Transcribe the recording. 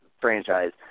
franchise